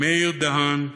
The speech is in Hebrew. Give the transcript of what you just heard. מאיר דהן,